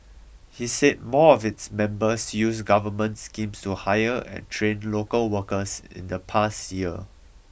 he said more of its members used government schemes to hire and train local workers in the past year